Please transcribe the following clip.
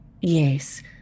Yes